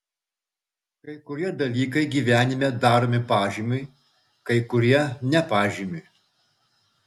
kai kurie dalykai gyvenime daromi pažymiui kai kurie ne pažymiui